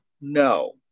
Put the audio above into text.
No